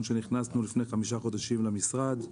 שנכנסנו לפני חמישה חודשים למשרד,